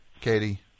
Katie